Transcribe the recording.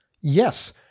Yes